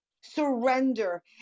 surrender